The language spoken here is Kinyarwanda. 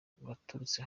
baturutse